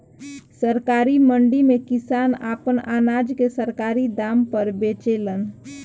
सरकारी मंडी में किसान आपन अनाज के सरकारी दाम पर बेचेलन